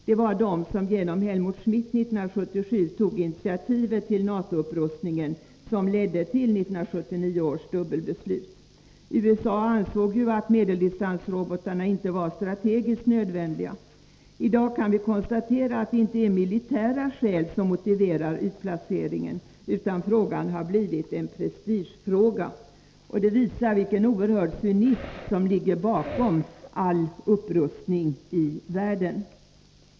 Det var de som genom Helmut Schmidt år 1977 tog initiativet till NATO-upprustningen som ledde till 1979 års dubbelbeslut. USA ansåg ju att medeldistansrobotarna inte var strategiskt nödvändiga. I dag kan vi konstatera att det inte är militära skäl som motiverar utplaceringen, utan frågan har blivit en prestigefråga. Det visar vilken oerhörd cynism som ligger bakom all upprustning i världen.